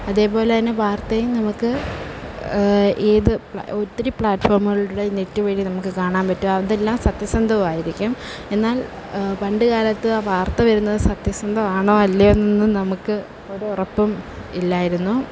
അതേപോലെ തന്നെ വാർത്തയും നമുക്ക് ഏത് ഒത്തിരി പ്ലാറ്റുഫോമുകളിലൂടെ നെറ്റ് വഴി നമുക്ക് കാണാൻ പറ്റും അതെല്ലാം സത്യസന്ധവും ആയിരിക്കും എന്നാൽ പണ്ടുകാലത്ത് വാർത്ത വരുന്നത് സത്യസന്ധമാണോ അല്ലയോ എന്നൊന്നും നമുക്ക് ഒരു ഉറപ്പും ഇല്ലായിരുന്നു